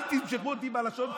אל תמשכו אותי בלשון,